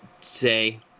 say